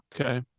okay